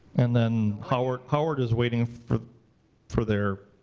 and then howard howard is waiting for for their,